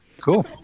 cool